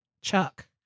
chuck